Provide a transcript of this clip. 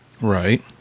Right